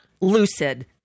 lucid